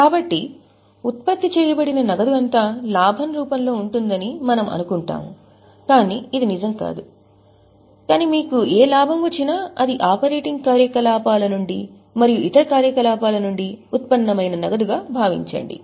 కాబట్టి ఉత్పత్తి చేయబడిన నగదు అంతా లాభం రూపంలో ఉంటుందని మనము అనుకుంటాము ఇది నిజం కాదు కానీ మీకు ఏ లాభం వచ్చినా అది ఆపరేటింగ్ కార్యకలాపాల నుండి మరియు ఇతర కార్యకలాపాల నుండి ఉత్పన్నమైన నగదుగా భావించండి